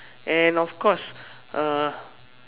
and of course uh